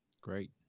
great